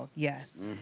yes.